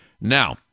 Now